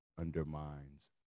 undermines